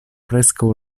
preskaŭ